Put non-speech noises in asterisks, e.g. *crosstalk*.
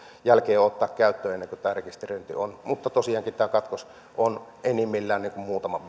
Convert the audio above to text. jälkeen ottaa käyttöön ennen kuin tämä rekisteröinti on mutta tosiaankin tämä katkos on enimmillään muutaman *unintelligible*